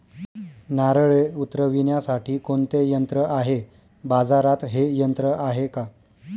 नारळे उतरविण्यासाठी कोणते यंत्र आहे? बाजारात हे यंत्र आहे का?